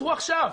תעצרו עכשיו.